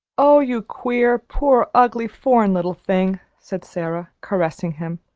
oh, you queer, poor, ugly, foreign little thing! said sara, caressing him.